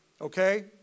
okay